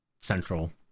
central